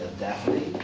daphne.